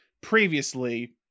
previously